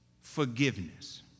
forgiveness